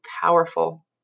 powerful